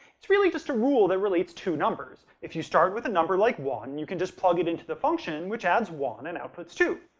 it's really just a rule that relates two numbers if you start with a number like one, you can just plug it into the function, which adds one and outputs two.